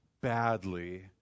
badly